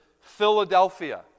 Philadelphia